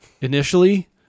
initially